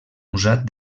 usat